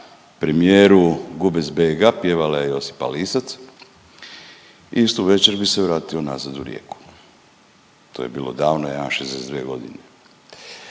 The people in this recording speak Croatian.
na premijeru Gubec Bega pjevala je Josipa Lisac i istu večer bi se vratio nazad u Rijeku. To je bilo davno, ja imam 62 godine.